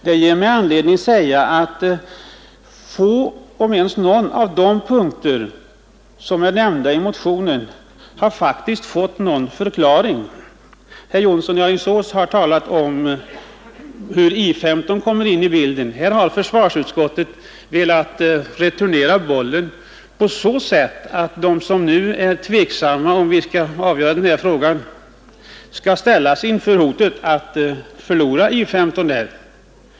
Det ger mig anledning påpeka att få om ens någon av de punkter som är nämnda i motionen har fått någon förklaring. Herr Jonsson i Alingsås har talat om att I 15 kommer in i bilden. försvarsutskottet har velat returnera bollen på så sätt att de som nu är tveksamma om Remmene skall ställas inför hotet att förlora I 15.